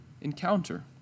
encounter